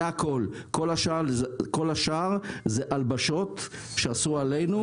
זה הכל; כל השאר זה הלבשות והרכבות שעשו עלינו.